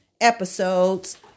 episodes